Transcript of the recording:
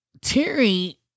Terry